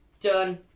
done